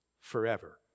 Forever